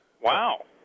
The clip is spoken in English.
Wow